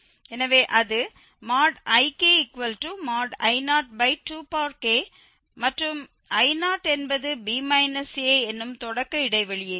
எனவே அது IkI02k மற்றும் I0 என்பது b a என்னும் தொடக்க இடைவெளியே